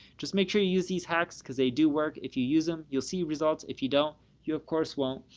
just make sure you use these hacks cause they do work. if you use them, you'll see results. if you don't you, of course won't.